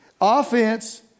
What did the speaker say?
Offense